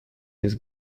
his